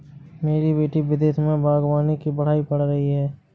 मेरी बेटी विदेश में बागवानी की पढ़ाई पढ़ रही है